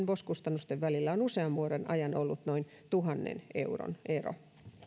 vos kustannusten välillä on usean vuoden ajan ollut noin tuhannen euron ero